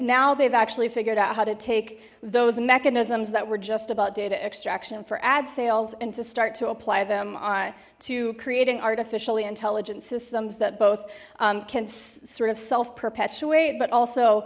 now they've actually figured out how to take those mechanisms that were just about data extraction for ad sales and to start to apply them to creating artificially intelligent systems that both can sort of self perpetuate but also